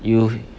you